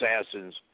assassins